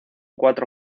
cuatro